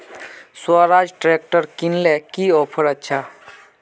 Swaraj tractor किनले की offer अच्छा?